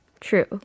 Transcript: True